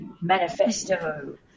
manifesto